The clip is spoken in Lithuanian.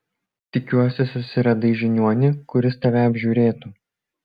tikiuosi susiradai žiniuonį kuris tave apžiūrėtų